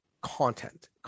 content